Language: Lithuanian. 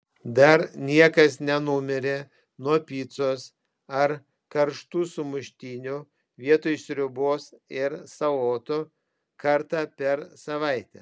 dar niekas nenumirė nuo picos ar karštų sumuštinių vietoj sriubos ir salotų kartą per savaitę